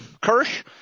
Kirsch